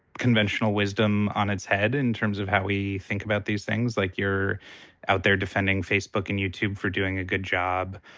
conventional wisdom on its head in terms of how we think about these things. like, you're out there defending facebook and youtube for doing a good job.